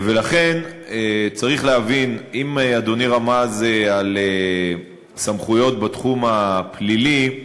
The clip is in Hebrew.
לכן צריך להבין: אם אדוני רמז על סמכויות בתחום הפלילי,